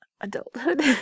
adulthood